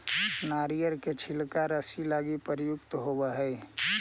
नरियर के छिलका रस्सि लगी प्रयुक्त होवऽ हई